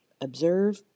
Observe